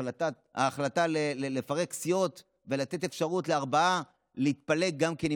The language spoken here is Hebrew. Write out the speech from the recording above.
ההחלטה לפרק סיעות ולתת אפשרות לארבעה להתפלג גם כן,